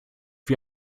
wie